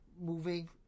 moving